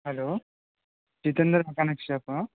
hello Jitender mechanic షాపా